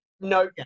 no